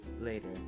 later